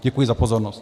Děkuji za pozornost.